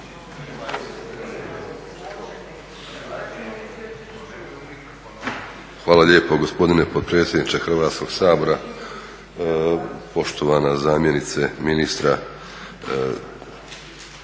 Hvala lijepo poštovani potpredsjedniče Hrvatskoga sabora. Poštovana zamjenice ministra.